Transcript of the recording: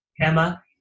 Emma